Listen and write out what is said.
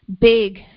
big